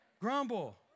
Grumble